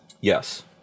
Yes